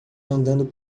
andando